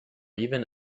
even